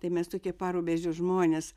tai mes tokie parubežio žmonės